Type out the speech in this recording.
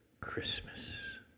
Christmas